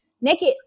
Naked